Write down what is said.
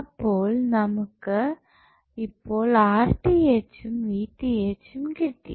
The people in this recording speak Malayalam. അപ്പോൾ നമുക്ക് ഇപ്പോൾ ഉം ഉം കിട്ടി